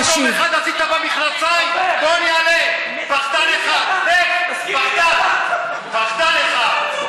שכינית את יושב-ראש הכנסת בכינוי שבו כינית אותו.